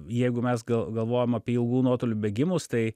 jeigu mes gal galvojame apie ilgų nuotolių bėgimus tai